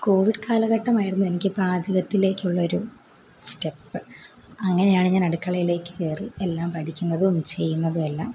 Covid കാലഘട്ടമായിരുന്നു എനിക്ക് പാചകത്തിലേക്കുള്ളൊരു സ്റ്റെപ്പ് അങ്ങനെയാണ് ഞാൻ അടുക്കളയിലേക്ക് കയറി എല്ലാം പഠിക്കുന്നതും ചെയ്യുന്നതും എല്ലാം